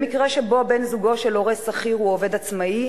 במקרה שבן-זוגו של הורה שכיר שהוא עובד עצמאי